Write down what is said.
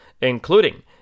including